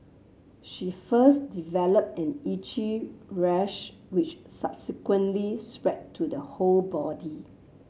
she first developed an itchy rash which subsequently spread to the whole body